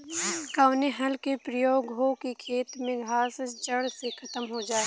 कवने हल क प्रयोग हो कि खेत से घास जड़ से खतम हो जाए?